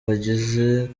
bagize